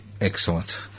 Excellent